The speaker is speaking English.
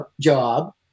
job